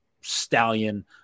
stallion